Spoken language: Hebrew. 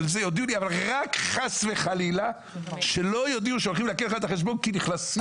אבל חס וחלילה לא יודיעו שהולכים לעקל לי את חשבון הבנק שלי.